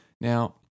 Now